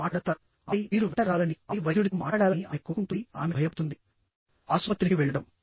వారు మాట్లాడతారు ఆపై మీరు వెంట రావాలని ఆపై వైద్యుడితో మాట్లాడాలని ఆమె కోరుకుంటుంది ఆమె భయపడుతుందిఆసుపత్రికి వెళ్లడం